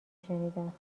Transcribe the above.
شنیدم